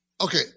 okay